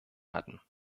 hatten